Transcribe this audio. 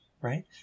Right